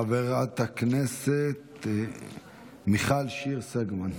חברת הכנסת מיכל שיר סגמן.